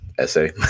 Essay